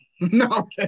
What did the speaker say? No